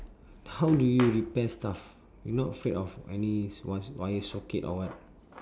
how do you repair stuff you not afraid of any wi~ wire socket or what